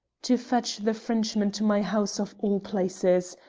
to fetch the frenchman to my house of all places!